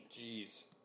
Jeez